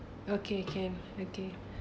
okay can okay